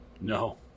no